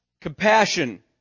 compassion